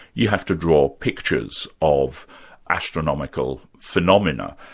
you had to draw pictures of astronomical phenomena,